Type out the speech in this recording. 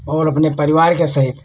और अपने परिवार के सहित